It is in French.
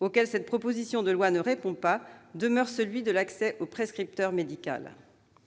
auquel cette proposition de loi ne répond pas, demeure celui de l'accès au prescripteur médical.